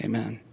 Amen